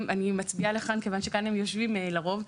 אני מצביעה לכאן כיוון שכאן הם יושבים לרוב,